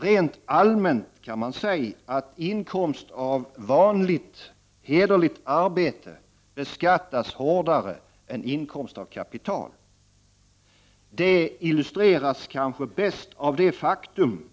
Rent allmänt kan man säga att vanligt hederligt arbete beskattas hårdare än inkomst av kapital. Det illustreras bäst av det faktum,